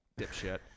dipshit